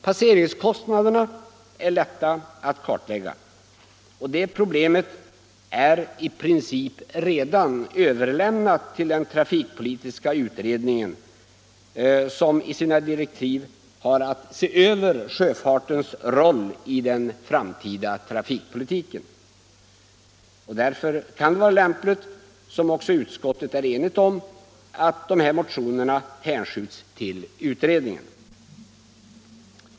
Passeringskostnaderna är lätta att klarlägga och det problemet är i princip redan överlämnat till den trafikpolitiska utredningen, som enligt sina direktiv har att se över sjöfartens roll i den framtida trafikpolitiken. Därför kan det vara lämpligt, vilket också utskottet är enigt om, att de här motionerna hänskjuts till utredningen.